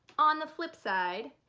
on the flip side,